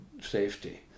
safety